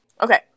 okay